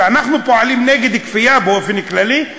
אנחנו פועלים נגד כפייה באופן כללי,